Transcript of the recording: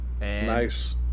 Nice